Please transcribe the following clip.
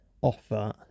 offer